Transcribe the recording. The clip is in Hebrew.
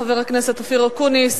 חבר הכנסת אופיר אקוניס.